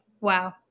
Wow